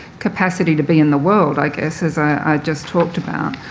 capacity to be in the world, i guess, as i just talked about,